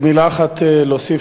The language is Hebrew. מילה אחת להוסיף